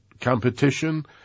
competition